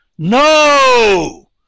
No